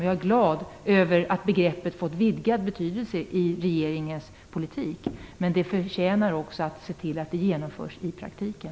Jag är glad över att begreppet har fått en vidgad betydelse i regeringens politik. Men detta förtjänar också att genomföras i praktiken.